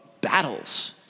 battles